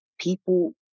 people